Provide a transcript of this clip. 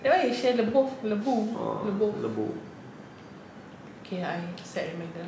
that one you share le~ both le~ boo~ le~ both okay I set reminder